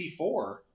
C4